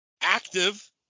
active